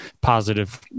positive